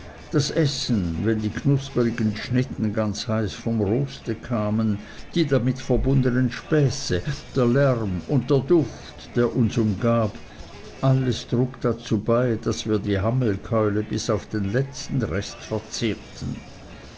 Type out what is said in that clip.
das essen wenn die knusperigen schnitten ganz heiß vom roste kamen die damit verbundenen späße der lärm und der duft der uns umgab alles trug dazu bei daß wir die hammelkeule bis auf den letzten rest verzehrten